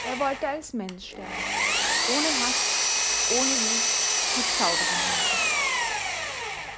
er wollte als mensch sterben ohne haß ohne wut mit sauberen händen